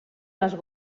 les